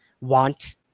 want